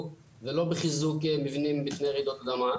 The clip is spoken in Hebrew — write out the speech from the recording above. ולא בחיזוק מבנים בפני רעידות אדמה.